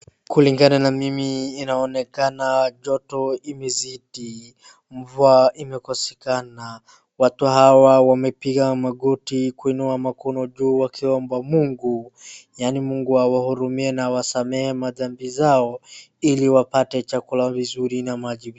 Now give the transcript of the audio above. Kulingana na mimi inaonekana joto imezidi , mvua imekosekana watu hawa wamepiga magoti kuinua mikono juu wakiomba Mungu yaani Mungu awahurumie na awasamehe madhambi zao ili wapate chakula vizuri na maji vizuri.